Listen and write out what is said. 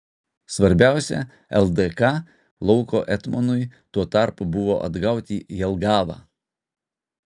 svarbiausia ldk lauko etmonui tuo tarpu buvo atgauti jelgavą